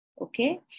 okay